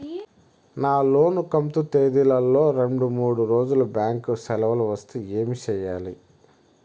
నా లోను కంతు తేదీల లో రెండు మూడు రోజులు బ్యాంకు సెలవులు వస్తే ఏమి సెయ్యాలి?